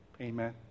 Amen